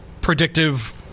predictive